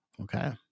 Okay